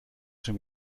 schon